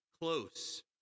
close